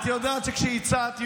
את יודעת שכשהצעת,